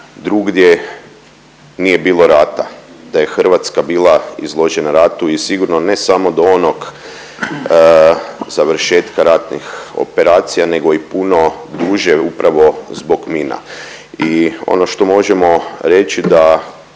drugdje nije bilo rata, da je Hrvatska bila izložena ratu i sigurno ne samo do onog završetka ratnih operacija nego i puno duže, upravo zbog mina. I ono što možemo reći da